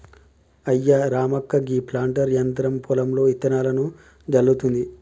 అయ్యా రామక్క గీ ప్లాంటర్ యంత్రం పొలంలో ఇత్తనాలను జల్లుతుంది